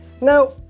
Now